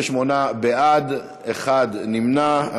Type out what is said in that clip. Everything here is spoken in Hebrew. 38 בעד, נמנע אחד.